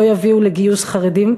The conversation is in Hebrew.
לא יביאו לגיוס חרדים.